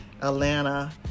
Atlanta